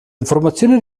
informazioni